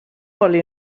oli